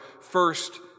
first